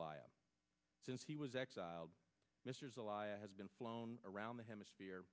a since he was exiled mr zelaya has been flown around the hemisphere